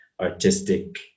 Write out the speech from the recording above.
artistic